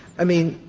i mean,